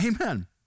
Amen